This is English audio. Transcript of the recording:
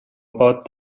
about